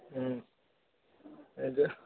ம் அது